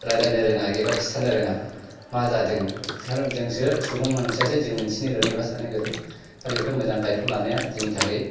रायलायनो रोङा एबा खिथानो रोङा मा जादों कारन जोंसो मानसियासो जों मिथिनो गोनां एबा सान्नो गोरों दा बेखौ मोजां दायथ' लानाया जोंनि थाखाय